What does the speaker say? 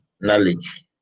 knowledge